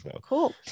cool